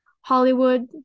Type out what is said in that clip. hollywood